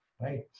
right